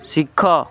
ଶିଖ